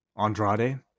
Andrade